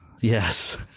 Yes